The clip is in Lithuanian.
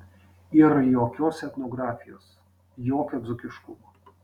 ir jokios etnografijos jokio dzūkiškumo